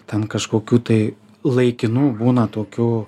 ten kažkokių tai laikinų būna tokių